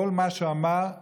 כל מה שהוא אמר הוא